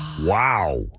Wow